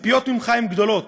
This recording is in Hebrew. הציפיות ממך הן גדולות,